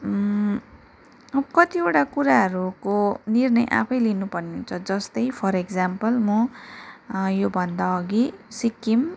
अब कतिवटा कुराहरूको निर्णय आफै लिनुपर्ने हुन्छ जस्तै फर इक्ज्याम्पल म योभन्दा अघि सिक्किम